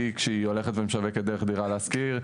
כשהיא הולכת ומשווקת דרך דירה להשכיר,